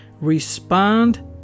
respond